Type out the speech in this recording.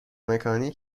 مکانی